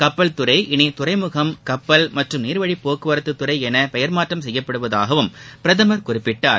கப்பல்துறை இனி துறைமுகம் கப்பல் மற்றம் நீர்வழிப் போக்குவரத்து துறை எள பெயர் மாற்றம் செய்யப்படுவதாகவும் பிரதமர் குறிப்பிட்டார்